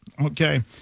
Okay